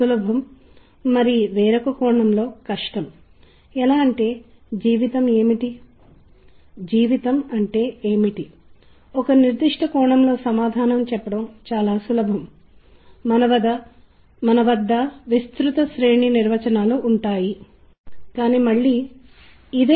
సముద్రం నుండి విశాలమైన ప్రాంతాల నుండి వచ్చే లేదా ఒక నిర్దిష్ట దిశ నుండి వచ్చే స్వరాన్ని గుర్తించడానికి మీరు ధ్వనిని విశిదపరచే ధోరణిని కలిగి ఉన్నారు